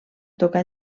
tocà